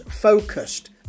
focused